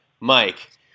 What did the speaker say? Mike